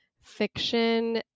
fiction